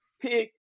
pick